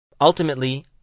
Ultimately